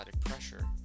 pressure